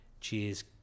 cheers